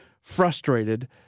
frustrated